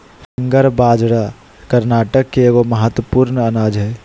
finger बाजरा कर्नाटक के एगो महत्वपूर्ण अनाज हइ